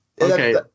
okay